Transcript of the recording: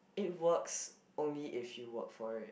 it works only if you work for it